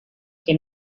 que